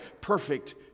perfect